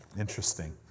interesting